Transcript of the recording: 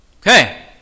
Okay